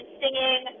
singing